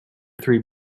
three